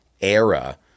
era